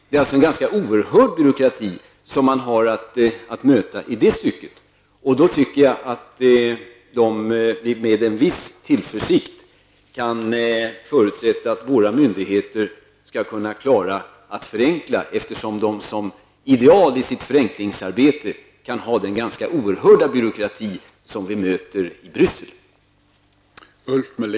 Det är alltså en ganska stor byråkrati som man har att möta i det stycket. Då tycker jag att vi med en viss tillförsikt kan förutsätta att våra myndigheter skall kunna klara att förenkla, eftersom de som ideal i sitt förenklingsarbete kan ha den ganska stora byråkrati som vi möter i